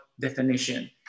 definition